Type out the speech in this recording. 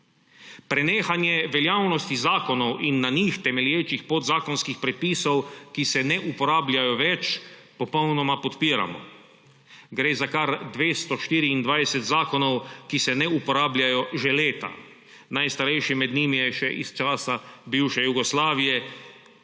Prenehanje veljavnosti zakonov in na njih temelječih podzakonskih prepisov, ki se ne uporabljajo več, popolnoma podpiramo. Gre za kar 224 zakonov, ki se ne uporabljajo že leta, najstarejši med njimi je še iz časa bivše Jugoslavije